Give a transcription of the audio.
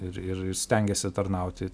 ir ir stengiasi tarnauti